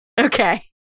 Okay